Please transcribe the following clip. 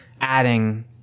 adding